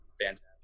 fantastic